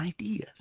ideas